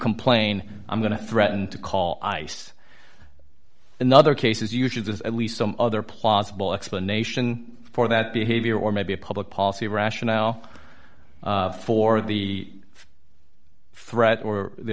complain i'm going to threaten to call ice in other cases usually there's at least some other plausible explanation for that behavior or maybe a public policy rationale for the threat or the